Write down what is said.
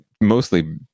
mostly